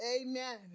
Amen